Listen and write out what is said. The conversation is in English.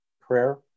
Prayer